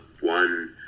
one